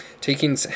taking